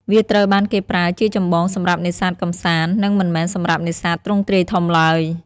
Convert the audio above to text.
វាត្រូវបានគេប្រើជាចម្បងសម្រាប់នេសាទកម្សាន្ត និងមិនមែនសម្រាប់នេសាទទ្រង់ទ្រាយធំឡើយ។